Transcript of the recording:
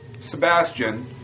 Sebastian